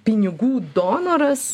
pinigų donoras